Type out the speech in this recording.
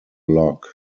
log